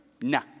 No